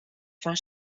fan